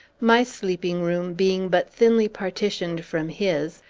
my sleeping-room being but thinly partitioned from his,